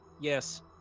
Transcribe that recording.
Yes